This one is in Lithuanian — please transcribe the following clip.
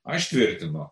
aš tvirtinu